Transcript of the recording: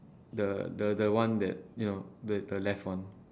the the the one that you know the the left one